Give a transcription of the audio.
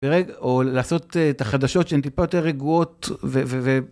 פרק(?), או לעשות את החדשות שהן טיפה יותר רגועות ו...